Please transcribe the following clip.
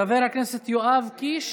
חבר הכנסת יואב קיש,